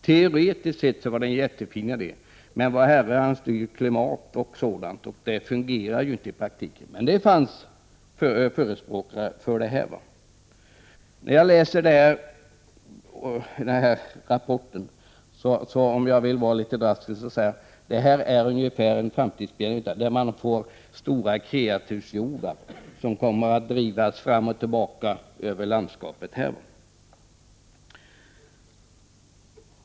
Teoretiskt sett var det en jättefin idé, men Vår Herre styr klimat och sådant, så teorin fungerar inte i praktiken. Men det fanns förespråkare för ett sådant system. Om jag vill vara drastisk, kan jag säga att rapporten ger en framtidsbild av hur stora kreaturshjordar kommer att drivas fram och tillbaka över landskapet.